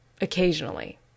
Occasionally